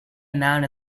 amount